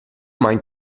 mein